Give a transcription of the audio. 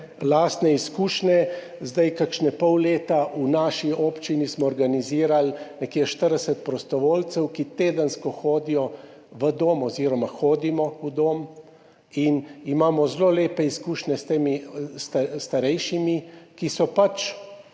lastne izkušnje, zdaj kakšne pol leta v naši občini smo organizirali nekje 40 prostovoljcev, ki tedensko hodijo v dom oziroma hodimo v dom in imamo zelo lepe izkušnje s temi starejšimi, ki so pač